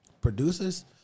Producers